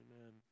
Amen